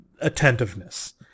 attentiveness